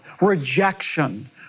rejection